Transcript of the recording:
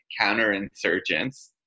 counterinsurgents